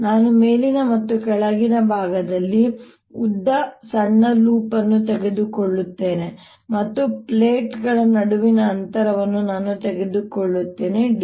ನಾನು ಮೇಲಿನ ಮತ್ತು ಕೆಳಗಿನ ಭಾಗದಲ್ಲಿ ಉದ್ದದ ಸಣ್ಣ ಲೂಪ್ ಅನ್ನು ತೆಗೆದುಕೊಳ್ಳುತ್ತೇನೆ ಮತ್ತು ಪ್ಲೇಟ್ಗಳ ನಡುವಿನ ಅಂತರವನ್ನು ನಾನು ತೆಗೆದುಕೊಳ್ಳುತ್ತೇನೆ d